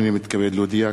אני מתכבד להודיע,